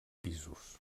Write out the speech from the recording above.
pisos